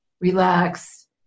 relax